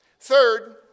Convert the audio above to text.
Third